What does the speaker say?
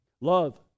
love